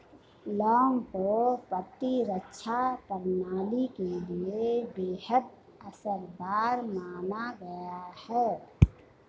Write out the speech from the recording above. लौंग को प्रतिरक्षा प्रणाली के लिए बेहद असरदार माना गया है